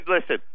listen